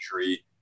injury